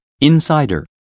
insider